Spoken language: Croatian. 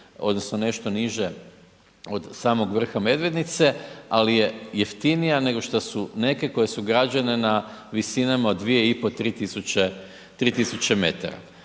odnosno nešto niže od samog vrha Medvednice, ali je jeftinija nego šta su neke koje su građene na visinama od 2500-3000, 3000 m.